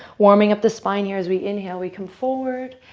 warming up the spine here as we inhale. we come forward.